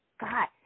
God